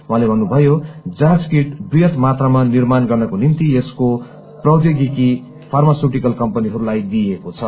उहाँले भन्नुभयो जाँच कीट वृहत मात्रामा निर्माण गर्नको निम्ति यसको प्रौद्योगिकी फार्मास्टयुटिकल कम्पनीहरूलाई दिइएको छ